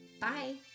Bye